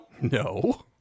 No